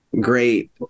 great